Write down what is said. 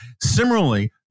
Similarly